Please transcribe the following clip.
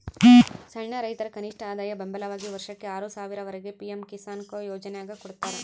ಸಣ್ಣ ರೈತರ ಕನಿಷ್ಠಆದಾಯ ಬೆಂಬಲವಾಗಿ ವರ್ಷಕ್ಕೆ ಆರು ಸಾವಿರ ವರೆಗೆ ಪಿ ಎಂ ಕಿಸಾನ್ಕೊ ಯೋಜನ್ಯಾಗ ಕೊಡ್ತಾರ